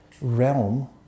realm